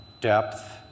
depth